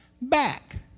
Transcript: back